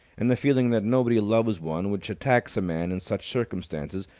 and the feeling that nobody loves one, which attacks a man in such circumstances,